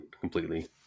completely